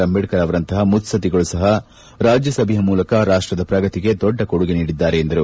ಅಂಬೇಡ್ಕರ್ ಅವರಂತಹ ಮುತ್ಸದ್ದಿಗಳು ಸಹ ರಾಜ್ಯಸಭೆಯ ಮೂಲಕ ರಾಷ್ವದ ಪ್ರಗತಿಗೆ ದೊಡ್ಡ ಕೊಡುಗೆ ನೀಡಿದ್ದಾರೆ ಎಂದರು